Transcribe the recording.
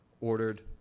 ordered